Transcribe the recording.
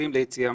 מה האפליה.